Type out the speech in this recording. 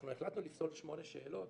אנחנו החלטנו לפסול שמונה שאלות,